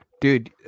Dude